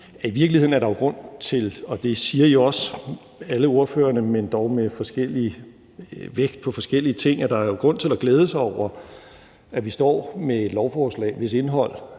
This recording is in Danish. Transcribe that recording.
i virkeligheden – og det siger alle ordførerne også, men dog med vægt på forskellige ting – er grund til at glæde sig over, at vi står med et lovforslag, hvis indhold